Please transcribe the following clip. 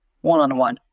one-on-one